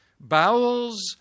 bowels